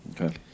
Okay